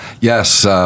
Yes